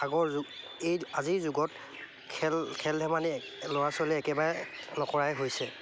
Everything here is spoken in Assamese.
আগৰ যুগ এই আজিৰ যুগত খেল খেল ধেমালি ল'ৰা ছোৱালীয়ে একেবাৰে নকৰাই হৈছে